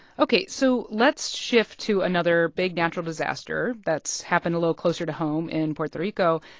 ok. so let's shift to another big natural disaster that's happened a little closer to home, in puerto rico,